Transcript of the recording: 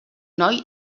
noi